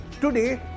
Today